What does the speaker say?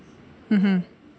mmhmm